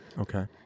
okay